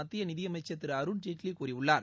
மத்திய நிதி அமைச்சர் திரு அருண்ஜேட்லி கூறியுள்ளார்